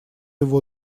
его